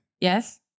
Yes